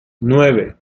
nueve